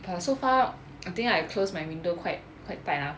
ya so far I think I close my window quite quite tight ah